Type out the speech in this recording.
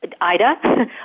Ida